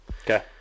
okay